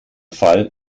fall